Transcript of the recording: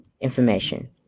information